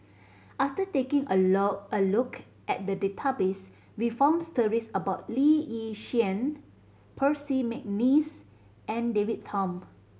after taking a a look at the database we found stories about Lee Yi Shyan Percy McNeice and David Tham